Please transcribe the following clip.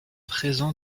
présent